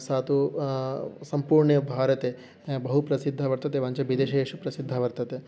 सा तु सम्पूर्णे भारते बहु प्रसिद्धः वर्तते एवञ्च विदेशेषु प्रसिद्धः वर्तते